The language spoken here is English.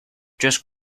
just